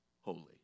holy